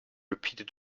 repeated